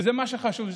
וזה מה שחשוב לי,